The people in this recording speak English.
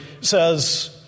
says